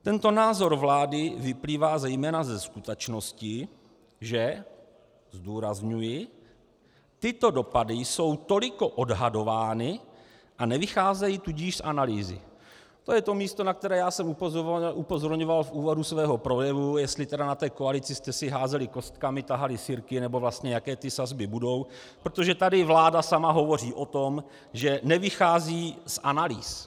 Tento názor vlády vyplývá zejména ze skutečnosti, že zdůrazňuji tyto dopady jsou toliko odhadovány, a nevycházejí tudíž z analýzy to je to místo, na které jsem upozorňoval v úvodu svého projevu, jestli teda na té koalici jste si házeli kostkami, tahali sirky, nebo vlastně jaké ty sazby budou, protože tady vláda sama hovoří o tom, že nevychází z analýz.